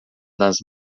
nas